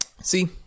See